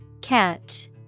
Catch